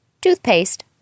toothpaste